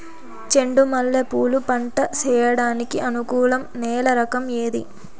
చెండు మల్లె పూలు పంట సేయడానికి అనుకూలం నేల రకం ఏది